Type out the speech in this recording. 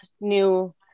new